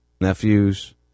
nephews